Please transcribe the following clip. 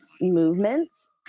movements